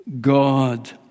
God